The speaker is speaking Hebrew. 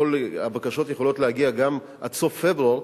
הבקשות יכולות להגיע גם עד סוף פברואר,